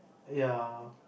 ya